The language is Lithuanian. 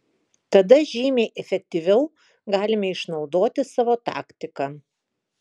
tada žymiai efektyviau galime išnaudoti savo taktiką